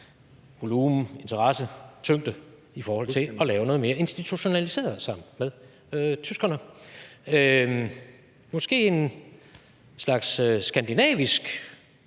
volumen, interessetyngde i forhold til at lave noget mere institutionaliseret sammen med tyskerne, måske en slags skandinavisk-tysk